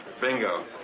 Bingo